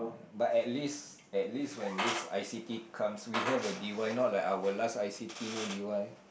but at least at least when this i_c_t comes we have a d_y know let our last i_c_t know d_y